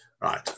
right